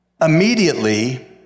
immediately